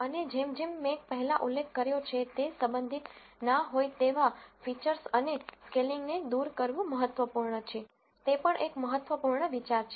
અને જેમ જેમ મેં પહેલાં ઉલ્લેખ કર્યો છે તે સંબધિત ના હોય તેવા ફીચર્સ અને સ્કેલિંગને દૂર કરવું મહત્વપૂર્ણ છે તે પણ એક મહત્વપૂર્ણ વિચાર છે